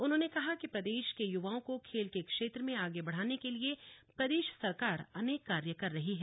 उन्होंने कहा प्रदेश के युवाओं को खेल के क्षेत्र में आगे बढ़ाने के लिये प्रदेश सरकार अनेक कार्य कर रही है